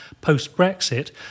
post-Brexit